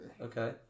Okay